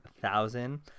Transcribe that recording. thousand